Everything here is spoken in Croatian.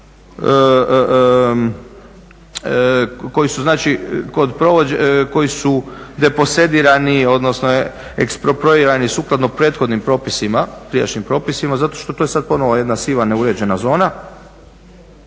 koji su deposedirani, odnosno eksproprirani sukladno prethodnim propisima, prijašnjim propisima zato što to sad je ponovo jedna siva neuređena zona.